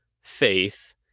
faith